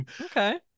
okay